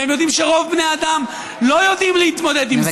והם יודעים שרוב בני האדם לא יודעים להתמודד עם זה,